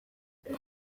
uyu